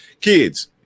kids